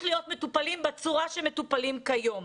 להיות מטופלים בצורה בה הם מטופלים כיום.